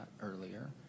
earlier